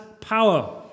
power